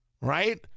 Right